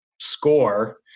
score